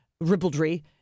ribaldry